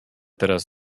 teraz